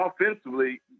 offensively